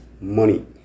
money